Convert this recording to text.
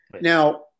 Now